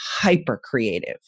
hyper-creative